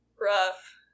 rough